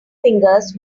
fingers